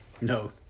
no